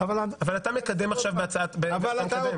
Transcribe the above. אבל אתה מקדם עכשיו --- אבל אתה עוד